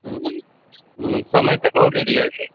हूँ समय तऽ भए गेल यऽ